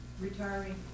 retiring